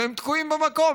והם תקועים במקום,